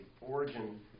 origin